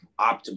optimal